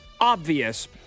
obvious